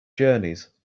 journeys